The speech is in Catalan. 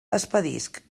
expedisc